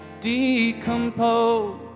decompose